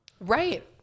Right